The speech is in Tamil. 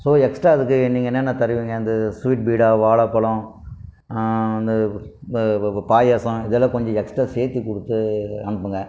ஸோ எக்ஸ்ட்ரா இதுக்கு நீங்கள் என்னென்ன தருவீங்க இந்த ஸ்வீட் பீடா வாழைப் பழம் இந்த பாயாசம் இதெல்லாம் கொஞ்சம் எக்ஸ்ட்ரா சேர்த்திக் கொடுத்து அனுப்புங்கள்